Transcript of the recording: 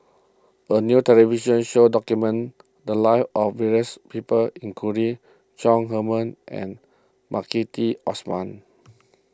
a new television show documented the lives of various people including Chong Heman and Maliki Osman